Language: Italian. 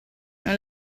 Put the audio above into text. non